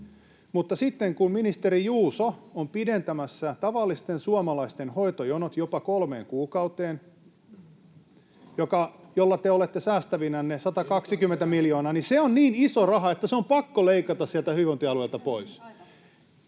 ja sitten kun ministeri Juuso on pidentämässä tavallisten suomalaisten hoitojonot jopa kolmeen kuukauteen, [Perussuomalaisten ryhmästä: Ei nyt oikein lähde!] millä te olette säästävinänne 120 miljoonaa, niin se on niin iso raha, että se on pakko leikata sieltä hyvinvointialueilta pois,